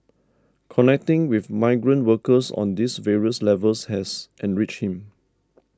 connecting with migrant workers on these various levels has enriched him